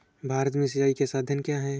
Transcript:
भारत में सिंचाई के साधन क्या है?